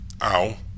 Ow